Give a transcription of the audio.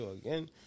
again